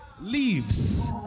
Leaves